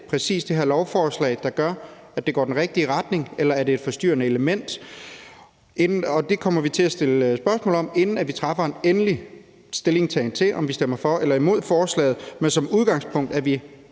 præcis det her forslag, der gør, at det går i den rigtige retning, eller er det et forstyrrende element? Det kommer vi til at stille spørgsmål om, inden vi tager endeligt stilling til, om vi stemmer for eller imod forslaget. Men som udgangspunkt er vi